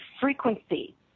frequency